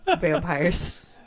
vampires